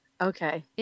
Okay